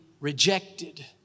rejected